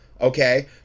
okay